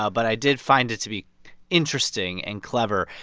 ah but i did find it to be interesting and clever.